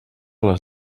les